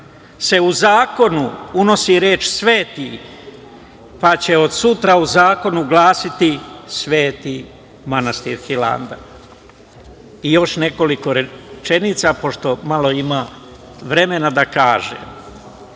se u zakon unosi reč sveti, pa će od sutra u zakonu glasati sveti manastir Hilandar. Još nekoliko rečenica, pošto ima malo vremena da kažem.